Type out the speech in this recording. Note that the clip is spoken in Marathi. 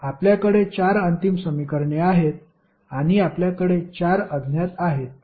तर आपल्याकडे चार अंतिम समीकरणे आहेत आणि आपल्याकडे चार अज्ञात आहेत